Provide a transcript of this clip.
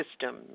system